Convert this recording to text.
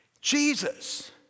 Jesus